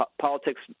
Politics